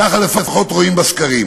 ככה לפחות רואים בסקרים.